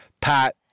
Pat